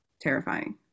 terrifying